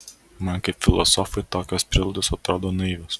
man kaip filosofui tokios prielaidos atrodo naivios